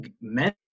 men